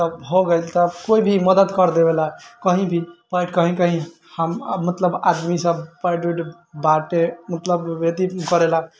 तऽ भऽ गेल तऽ कोइ भी मदद करि देबैलऽ कहीँ भी पैड कहीँ कहीँ हम मतलब आदमीसब पैड उड बाँटे मतलब वितरण करैलऽ